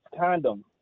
condom